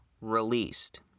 released